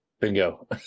Bingo